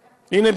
הנה,